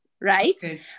right